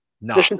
no